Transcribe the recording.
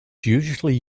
usually